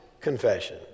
confession